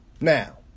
Now